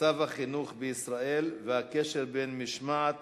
מצב החינוך בישראל והקשר בין משמעת